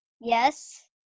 Yes